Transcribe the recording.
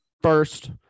first –